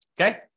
Okay